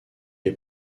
est